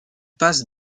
passe